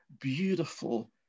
beautiful